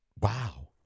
Wow